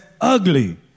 ugly